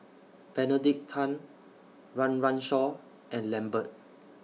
Benedict Tan Run Run Shaw and Lambert